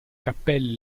cappelle